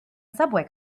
subway